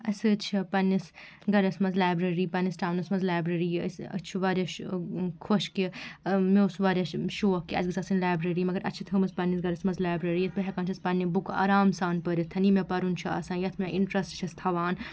اسہِ حظ چھِ پَننِس گَھرَس منٛز لایبرٛیری پَننِس ٹاونَس منٛز لایبرٛیری یہِ أسۍ أسۍ چھِ واریاہ شُ ٲں خۄش کہِ ٲں مےٚ اوس واریاہ شوق کہِ اسہِ گژھ آسٕنۍ لایبرٛیری مگر اسہِ چھِ تھٲومٕژ پَننِس گھرَس منٛز لایبرٛیری یِیتہِ بہٕ ہیٚکان چھیٚس پَننہِ بُکہٕ آرام سان پٔرِتھ یہِ مےٚ پَرُن چھُ آسان یَتھ مےٚ اِنٹرٛسٹہٕ چھیٚس تھاوان